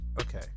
Okay